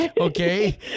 Okay